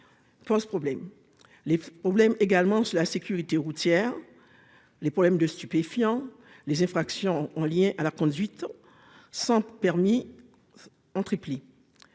Pose problème. Les problèmes également la sécurité routière. Les problèmes de stupéfiants les infractions en lien à la conduite sans permis. Si Tristan